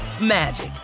magic